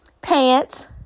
pants